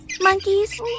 Monkeys